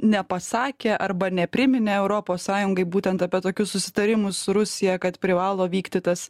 nepasakė arba nepriminė europos sąjungai būtent apie tokius susitarimus su rusija kad privalo vykti tas